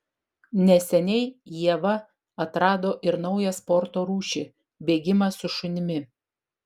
neseniai ieva atrado ir naują sporto rūšį bėgimą su šunimi